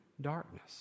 darkness